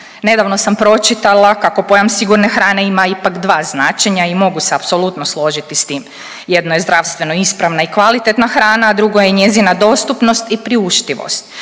Nedavno sam pročitala kao pojam sigurne hrane ima ipak dva značenja i mogu se apsolutno složiti s tim. Jedno je zdravstveno ispravna i kvalitetna hrana, a drugo je njezina dostupnost i priuštivost